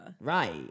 right